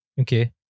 Okay